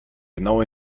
genau